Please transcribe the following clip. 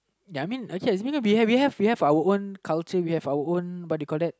ya I mean ok we have we have our own culture we have our own what do you call that